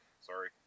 sorry